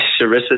Sharissa